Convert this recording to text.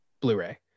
Blu-ray